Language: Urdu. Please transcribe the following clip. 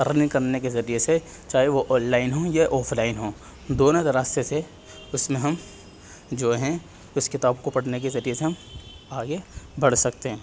ارننگ کرنے کے ذریعے سے چاہے وہ آن لائن ہو یا آف لائن ہو دونوں راستے سے اس میں ہم جو ہیں اس کتاب کو پڑھنے کے ذریعے سے ہم آگے بڑھ سکتے ہیں